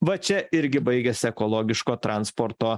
va čia irgi baigiasi ekologiško transporto